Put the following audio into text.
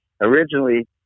originally